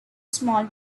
small